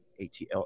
atl